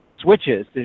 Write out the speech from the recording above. switches